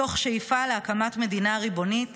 תוך שאיפה להקמת מדינה ריבונית